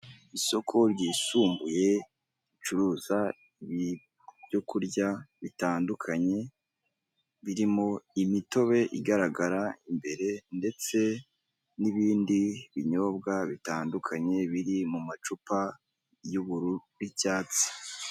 Isoko ryisumbuye, ricuruza ibyo kurya bitandukanye, birimo imitobe igaragara, imbere ndetse n'ibindi binyobwa bitandukanye biri mumacupa y'ubururu n'icyatsi.